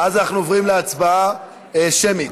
עוברים להצבעה שמית,